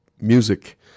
music